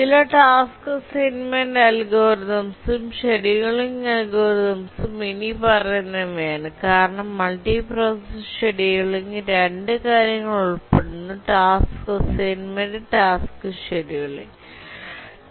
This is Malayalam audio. ചില ടാസ്ക് അസൈൻമെന്റ് അൽഗോരിതംസും ഷെഡ്യൂളിംഗ് അൽഗോരിതംസും ഇനിപ്പറയുന്നവയാണ് കാരണം മൾട്ടിപ്രൊസസ്സർ ഷെഡ്യൂളിംഗിൽ 2 കാര്യങ്ങൾ ഉൾപ്പെടുന്നു ടാസ്ക് അസൈൻമെന്റ് ടാസ്ക് ഷെഡ്യൂളിംഗ്